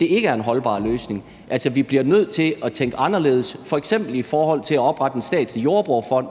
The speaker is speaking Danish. ikke er en holdbar løsning. Altså, vi bliver nødt til at tænke anderledes, f.eks. i forhold til at oprette en statslig jordbrugerfond,